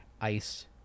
ice